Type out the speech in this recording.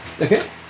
Okay